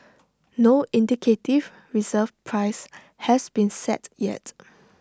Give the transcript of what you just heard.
no indicative reserve price has been set yet